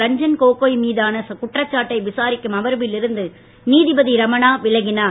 ரஞ்சன் கோகோய் மீதான குற்றச்சாட்டை விசாரிக்கும் அமர்வில் இருந்து நீதிபதி ரமணா விலகினார்